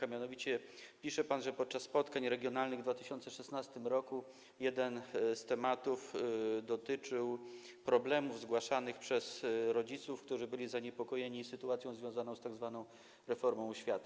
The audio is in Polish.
A mianowicie napisał pan, że podczas spotkań regionalnych w 2016 r. jeden z tematów dotyczył problemów zgłaszanych przez rodziców, którzy byli zaniepokojeni sytuacją związaną z tzw. reformą oświaty.